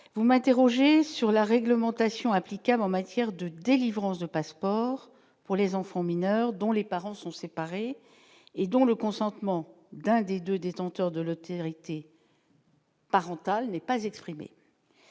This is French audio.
vous m'interrogez sur la réglementation applicable en matière de délivrance de passeports pour les enfants mineurs dont les parents sont séparés et dont le consentement d'un des 2 détenteurs de l'autre hériter. Parental n'ait pas exprimé